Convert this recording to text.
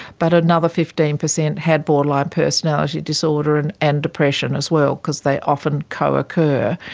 but another fifteen percent had borderline personality disorder and and depression as well, because they often co-occur.